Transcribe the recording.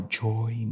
joy